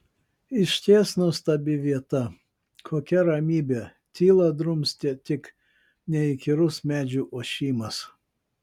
išties nuostabi vieta kokia ramybė tylą drumstė tik neįkyrus medžių ošimas